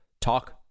talk